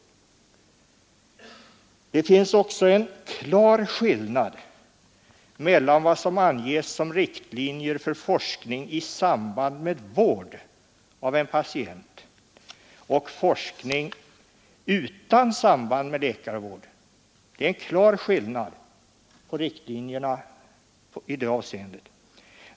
Det finns också en klar skillnad mellan vad som anges som riktlinjer för forskning i samband med vård av en patient och forskning utan samband med läkarvård. Det är en klar skillnad på riktlinjerna i det avseendet.